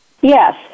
Yes